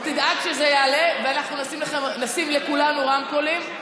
תדאג שזה יעלה, ואנחנו נשים לכולנו רמקולים.